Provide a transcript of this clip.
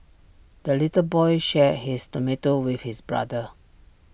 the little boy shared his tomato with his brother